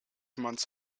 months